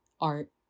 art